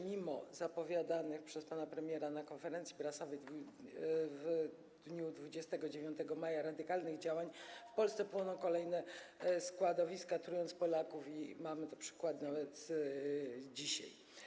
Mimo zapowiadanych przez pana premiera na konferencji prasowej w dniu 29 maja radykalnych działań w Polsce płoną kolejne składowiska, trując Polaków, czego przykład mamy nawet dzisiaj.